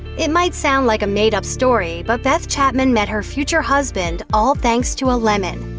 it might sound like a made up story, but beth chapman met her future husband all thanks to a lemon.